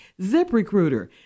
ZipRecruiter